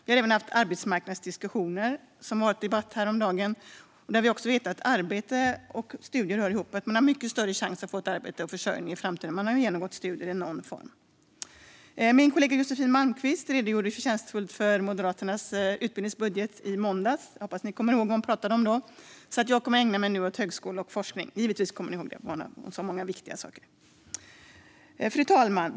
Vi har även haft arbetsmarknadsdiskussioner i debatten häromdagen. Vi vet att arbete och studier hör ihop. Man har mycket större chans att få ett arbete och försörjning i framtiden om man har genomgått studier i någon form. Min kollega Josefin Malmqvist redogjorde förtjänstfullt för Moderaternas utbildningsbudget i måndags. Jag hoppas att ni kommer ihåg vad hon talade om då, men givetvis kommer ni ihåg de många viktiga saker hon sa. Jag kommer nu att ägna mig åt högskolor och forskning. Fru talman!